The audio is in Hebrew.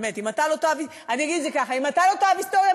באמת אני אגיד את זה ככה: אם אתה לא תאהב היסטוריה,